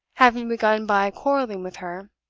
having begun by quarreling with her,